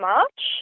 March